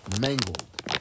mangled